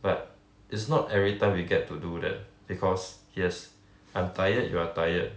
but it's not every time we get to do that because yes I'm tired you are tired